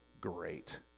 great